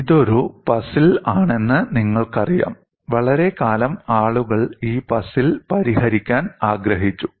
ഇതൊരു പസിൽ ആണെന്ന് നിങ്ങൾക്കറിയാം വളരെക്കാലം ആളുകൾ ഈ പസിൽ പരിഹരിക്കാൻ ആഗ്രഹിച്ചു